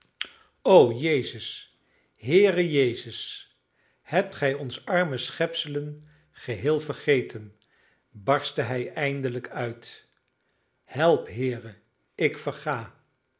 o jezus heere jezus hebt gij ons arme schepselen geheel vergeten barstte hij eindelijk uit help heere ik verga